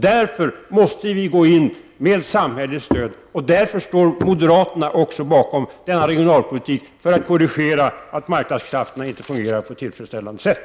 Därför måste vi gå in med samhälleligt stöd, och därför står moderaterna också bakom denna regionalpolitik för att korrigera att marknadskrafterna inte fungerar på ett tillfredsställande sätt.